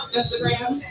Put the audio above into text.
Instagram